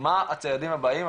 מה הצעדים הבאים,